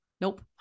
nope